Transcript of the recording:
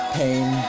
pain